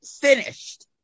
finished